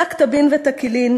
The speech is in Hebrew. שק טבין ותקלין,